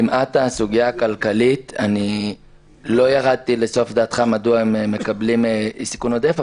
למעט הסוגיה הכלכלית לא ירדתי לסוף דעתך מדוע הם מקבלים סיכון עודף,